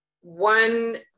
one